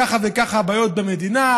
ככה וככה הבעיות במדינה,